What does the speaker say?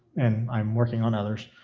and i'm working on others.